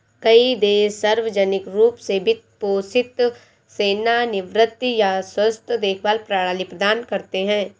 कई देश सार्वजनिक रूप से वित्त पोषित सेवानिवृत्ति या स्वास्थ्य देखभाल प्रणाली प्रदान करते है